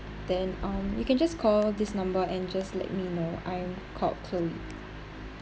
then um you can just call this number and just let me know I'm called chloe